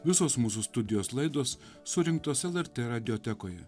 visos mūsų studijos laidos surinktos lrtradijotekoje